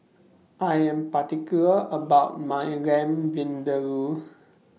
I Am particular about My Lamb Vindaloo